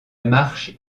marche